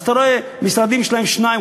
אז אתה רואה שמשרדים יש להם שניים,